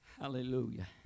Hallelujah